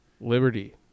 Liberty